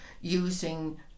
using